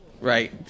Right